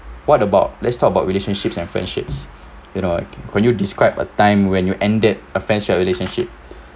what about let's talk about relationships and friendships you know like can you describe a time when you ended a friendship or relationship